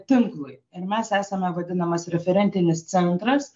tinklui ir mes esame vadinamas referentinis centras